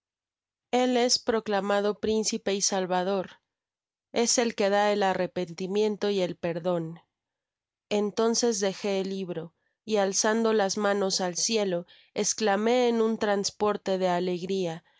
el es proclamado principe y salvador es el queda el arrepentimiento y e perdon entonces dejé el libro y alzando las manos al cielo esclamé en un transporte de alegria